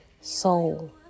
soul